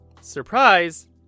Surprise